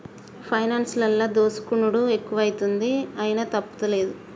పైనాన్సులల్ల దోసుకునుడు ఎక్కువైతంది, అయినా తప్పుతలేదు